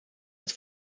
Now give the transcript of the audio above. uit